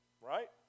Right